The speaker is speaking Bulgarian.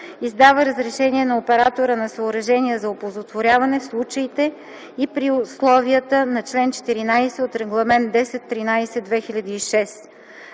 издава разрешение на оператора на съоръжения за оползотворяване в случаите и при условията на чл. 14 от Регламент 1013/2006.